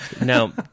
Now